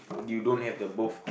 you don't have the both